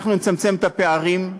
אנחנו נצמצם את הפערים,